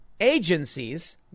Agencies